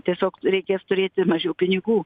tiesiog reikės turėti mažiau pinigų